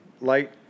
Light